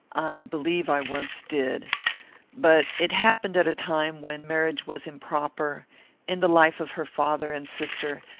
i believe i once did but it happened at a time when marriage was improper in the life of her father and sister,